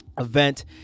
event